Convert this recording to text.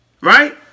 right